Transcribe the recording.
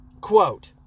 Quote